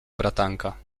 bratanka